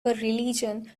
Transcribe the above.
religion